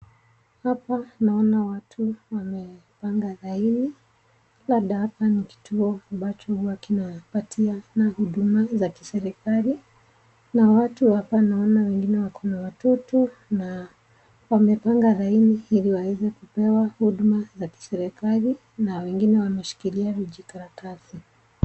Hapa naona watu wamepanga laini labda hapa ni kituo ambacho huwa kinapatiana huduma za kiserikali na watu hapa naona wengine wako na watoto wamepanga laini ili waweze kupewa huduma za kiserikali na wengine wameshikilia vijikaratasi.